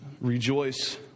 Rejoice